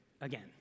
again